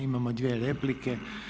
Imamo dvije replike.